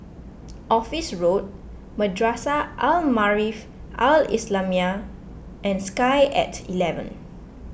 Office Road Madrasah Al Maarif Al Islamiah and Sky at eleven